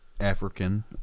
African